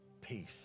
peace